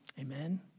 Amen